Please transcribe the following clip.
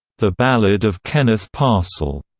the ballad of kenneth parcell,